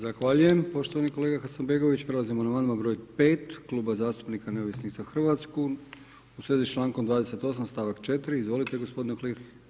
Zahvaljujem poštovani kolega Hasanbegović, prelazimo na amandman broj 5 Kluba zastupnika Neovisnih za Hrvatsku, u svezu s čl. 28. stavak 4. izvolite, gospodine Uhlir.